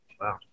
Wow